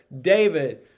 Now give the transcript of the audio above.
David